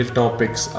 topics